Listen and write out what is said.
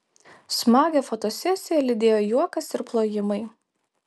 smagią fotosesiją lydėjo juokas ir plojimai